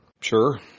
Sure